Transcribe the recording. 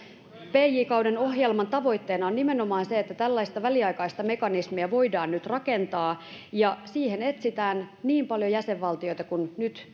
pj kauden ohjelman tavoitteena on nimenomaan se että tällaista väliaikaista mekanismia voidaan nyt rakentaa ja siihen etsitään niin paljon jäsenvaltioita kuin nyt